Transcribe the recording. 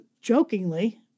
jokingly